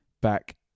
back